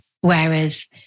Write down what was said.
whereas